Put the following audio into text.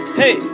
hey